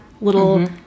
Little